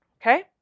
Okay